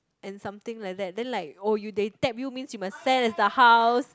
and something like that then like oh you they tap you means you must stand as a house